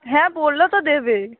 হ্যাঁ বলল তো দেবে